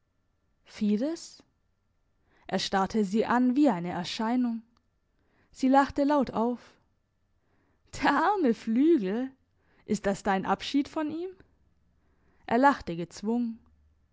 fides er starrte sie an wie eine erscheinung sie lachte laut auf der arme flügel ist das dein abschied von ihm er lachte gezwungen